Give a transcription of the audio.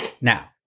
Now